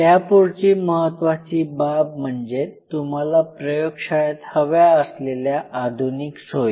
त्यापुढची महत्वाची बाब म्हणजे तुम्हाला प्रयोगशाळेत हव्या असलेल्या आधुनिक सोयी